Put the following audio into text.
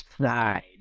side